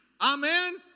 Amen